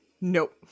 nope